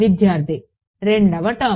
విద్యార్థి రెండవ టర్మ్